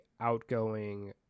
outgoing